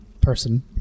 person